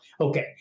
Okay